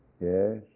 Yes